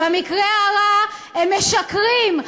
במקרה הרע הם משקרים.